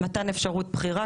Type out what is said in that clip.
מתן אפשרות בחירה,